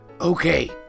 Okay